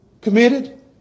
Committed